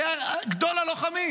היה גדול הלוחמים,